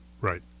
Right